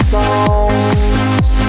songs